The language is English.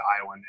Iowa